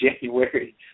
January